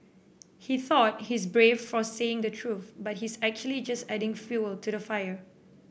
he thought he's brave for saying the truth but he's actually just adding fuel to the fire